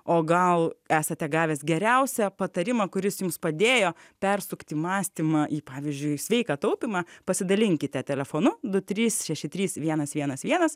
o gal esate gavęs geriausią patarimą kuris jums padėjo persukti mąstymą į pavyzdžiui sveiką taupymą pasidalinkite telefonu du trys šeši trys vienas vienas vienas